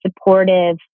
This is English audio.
supportive